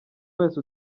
wese